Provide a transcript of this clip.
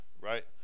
right